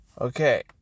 Okay